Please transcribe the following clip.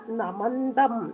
Namandam